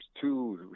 two